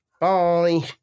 Bye